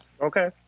Okay